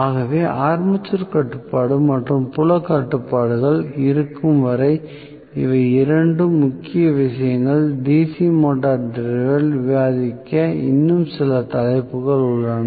ஆகவே ஆர்மேச்சர் கட்டுப்பாடு மற்றும் புலக் கட்டுப்பாடுகள் இருக்கும் வரை இவை இரண்டு முக்கிய விஷயங்கள் DC மோட்டார் டிரைவில் விவாதிக்க இன்னும் சில தலைப்புகள் உள்ளன